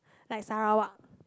like Sarawak